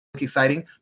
exciting